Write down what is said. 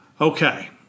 okay